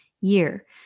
year